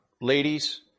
Ladies